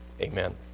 Amen